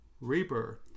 reaper